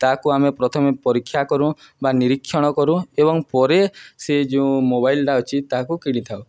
ତାହାକୁ ଆମେ ପ୍ରଥମେ ପରୀକ୍ଷା କରୁଁ ବା ନିରୀକ୍ଷଣ କରୁ ଏବଂ ପରେ ସେ ଯୋଉ ମୋବାଇଲ୍ଟା ଅଛି ତାହାକୁ କିଣିଥାଉ